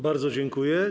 Bardzo dziękuję.